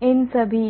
तो इन सभी